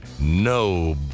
No